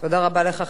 תודה רבה לך,